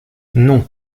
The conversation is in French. non